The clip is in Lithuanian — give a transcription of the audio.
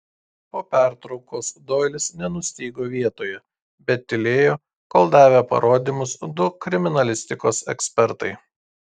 po pertraukos doilis nenustygo vietoje bet tylėjo kol davė parodymus du kriminalistikos ekspertai